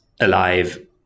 alive